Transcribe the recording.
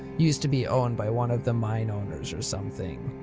used to be owned by one of the mine owners or something?